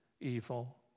evil